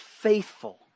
faithful